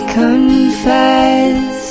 confess